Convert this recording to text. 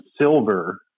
silver